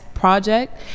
project